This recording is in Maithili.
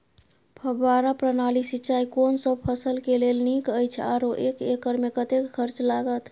फब्बारा प्रणाली सिंचाई कोनसब फसल के लेल नीक अछि आरो एक एकर मे कतेक खर्च लागत?